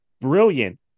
brilliant